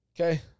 Okay